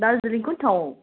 दार्जिलिङ कुन ठाउँ